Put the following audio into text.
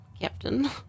Captain